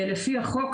לפי החוק,